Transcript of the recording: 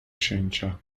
księcia